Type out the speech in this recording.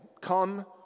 come